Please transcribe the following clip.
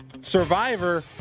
Survivor